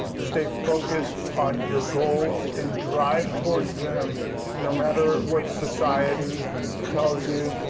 stay focused on your goals and drive towards them no matter what society tells you.